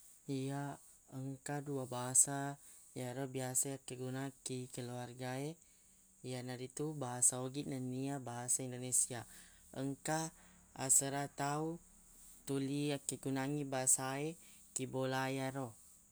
Iya engka dua bahasa yaro biasa yakkegunang ki keluarga e iyanaritu bahasa ogi nennia bahasa indonesia engka asera tau tuli yakkegunangngi basa e ki bolae yaro.